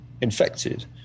infected